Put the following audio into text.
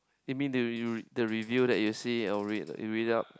it mean the you the review that you see or read you read out